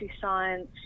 science